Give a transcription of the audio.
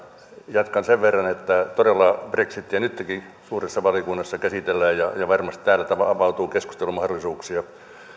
jatkan sen verran että todella brexitiä nyttenkin suuressa valiokunnassa käsitellään ja varmasti täällä avautuu keskustelumahdollisuuksia